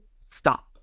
stop